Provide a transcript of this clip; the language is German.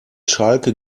schalke